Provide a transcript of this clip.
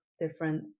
different